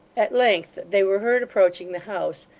at length they were heard approaching the house,